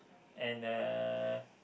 and uh